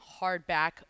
hardback